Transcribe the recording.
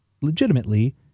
legitimately